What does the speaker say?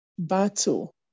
Battle